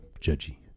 judgy